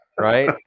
right